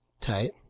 Tight